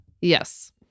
Yes